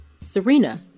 Serena